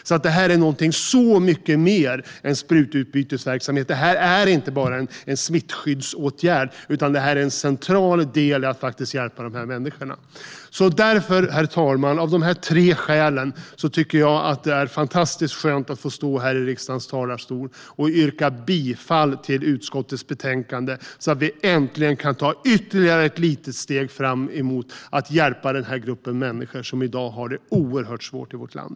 Det här är alltså någonting mycket mer än sprututbytesverksamhet och en smittskyddsåtgärd - det är en central del i att hjälpa dessa människor. Av dessa tre skäl, herr talman, tycker jag att det är fantastiskt skönt att få stå här i riksdagens talarstol och yrka bifall till utskottets förslag så att vi äntligen kan ta ytterligare ett litet steg fram mot att hjälpa den här gruppen, som i dag har det oerhört svårt i vårt land.